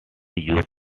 use